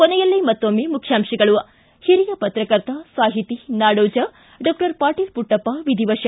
ಕೊನೆಯಲ್ಲಿ ಮತ್ತೊಮ್ಮೆ ಮುಖ್ಯಾಂಶಗಳು ಿ ಹಿರಿಯ ಪತ್ರಕರ್ತ ಸಾಹಿತಿ ನಾಡೋಜ ಡಾಕ್ಟರ್ ಪಾಟೀಲ ಪುಟ್ಟಪ್ಪ ವಿಧಿವಶ